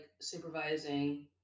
supervising